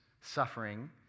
suffering